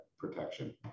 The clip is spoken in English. protection